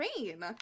rain